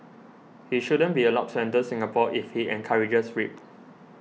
he shouldn't be allowed to enter Singapore if he encourages rape